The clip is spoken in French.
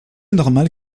normal